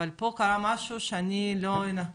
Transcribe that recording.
אבל פה קרה משהו שאני לא מצליחה להבין.